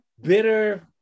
bitter